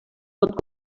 pot